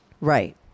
Right